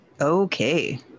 Okay